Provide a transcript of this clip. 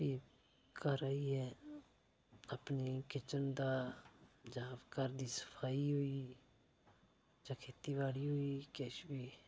फ्ही घर आइयै अपनी किचन दा जां घर दी सफाई होई गेई जां खेतीबाड़ी होई किश बी